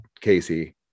Casey